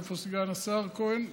איפה סגן השר כהן?